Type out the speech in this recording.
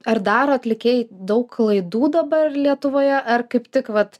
ar daro atlikėjai daug klaidų dabar lietuvoje ar kaip tik vat